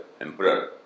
emperor